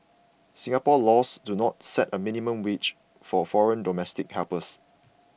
Singapore laws do not set a minimum wage for foreign domestic helpers